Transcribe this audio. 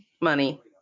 money